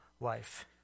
life